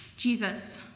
Jesus